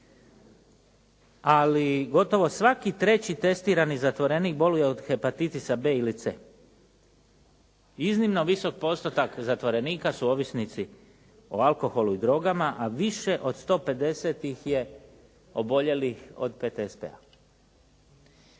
Ali gotovo svaki treći testirani zatvorenik boluje od hepatitisa B ili C. Iznimno visok postotak zatvorenika su ovisnici o alkoholu i drogama, a više od 150 ih je oboljelih od PTSP-a.